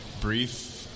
brief